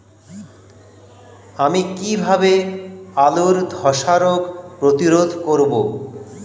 আমি কিভাবে আলুর ধ্বসা রোগ প্রতিরোধ করব?